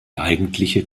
eigentliche